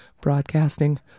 broadcasting